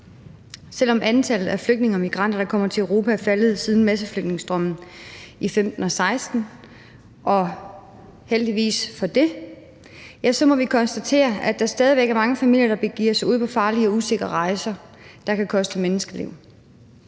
Selv om antallet af flygtninge og migranter, der er kommet til Europa, er faldet siden masseflygtningestrømmen i 2015 og 2016, og heldigvis for det, så må vi konstatere, at der stadig væk er mange familier, der begiver sig ud på farlige og usikre rejser, der kan koste menneskeliv.